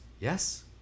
yes